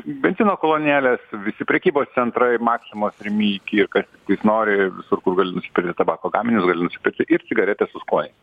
benzino kolonėlės visi prekybos centrai maksimos rimi iki ir kas tiktais nori visur kur gali nuspirti tabako gaminius gali nuspėti ir cigaretes su skoniais